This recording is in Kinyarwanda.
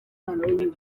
babizi